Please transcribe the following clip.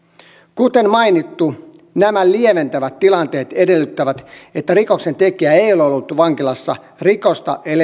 kuten mainittu nämä lieventävät tilanteet edellyttävät että rikoksentekijä ei ole ollut vankilassa rikosta